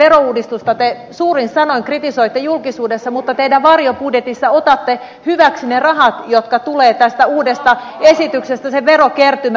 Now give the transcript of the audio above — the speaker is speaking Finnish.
ekologista verouudistusta te suurin sanoin kritisoitte julkisuudessa mutta teidän varjobudjetissanne käytätte hyväksi ne rahat jotka tulevat tästä uudesta esityksestä sen verokertymän